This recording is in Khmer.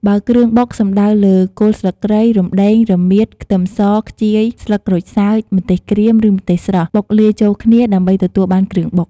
បើគ្រឿងបុកសំដៅលើ គល់ស្លឹកគ្រៃ រំដេង រមៀត ខ្ទឹមស ខ្ជាយ ស្លឹកក្រូចសើច ម្ទេសក្រៀម ឬម្ទេសស្រស់ បុកលាយចូលគ្នាដើម្បីទទួលបានគ្រឿងបុក។